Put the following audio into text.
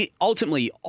ultimately